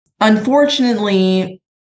unfortunately